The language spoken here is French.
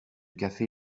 café